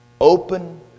open